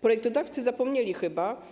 Projektodawcy zapomnieli chyba